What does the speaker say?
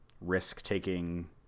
risk-taking